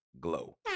glow